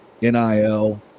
NIL